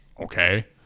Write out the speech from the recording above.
Okay